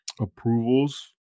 approvals